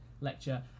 lecture